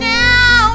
now